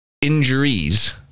injuries